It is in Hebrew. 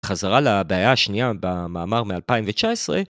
חזרה לבעיה השנייה במאמר מ-2019.